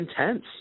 intense